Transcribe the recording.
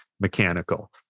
mechanical